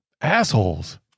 Assholes